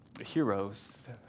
Heroes